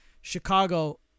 Chicago